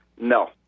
No